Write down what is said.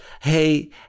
hey